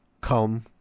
come